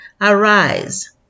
arise